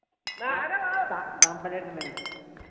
تا دامہٕ پَلیٹ تہِ بنن